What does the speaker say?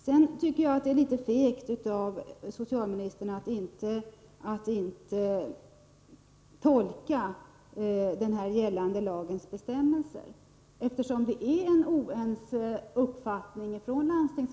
Sedan tycker jag att det är litet fegt av socialministern att inte tolka den gällande lagens bestämmelser, eftersom Landstingsförbundet och socialstyrelsen inte är eniga i sin uppfattning.